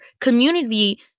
community